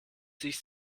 sich